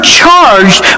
charged